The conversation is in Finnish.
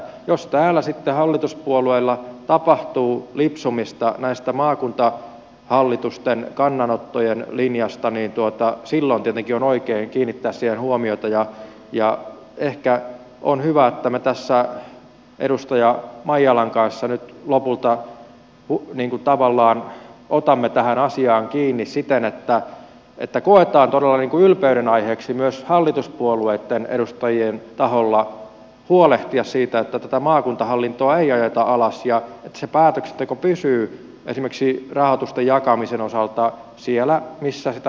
jos täällä sitten hallituspuolueilla tapahtuu lipsumista näistä maakuntahallitusten kannanottojen linjasta niin silloin tietenkin on oikein kiinnittää siihen huomiota ja ehkä on hyvä että me tässä edustaja maijalan kanssa nyt lopulta tavallaan otamme tähän asiaan kiinni siten että koetaan todella ylpeyden aiheeksi myös hallituspuolueitten edustajien taholla huolehtia siitä että tätä maakuntahallintoa ei ajeta alas ja että se päätöksenteko pysyy esimerkiksi rahoitusten jakamisen osalta siellä missä sitä rahoitusta sitten tarvitaan